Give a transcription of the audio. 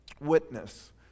witness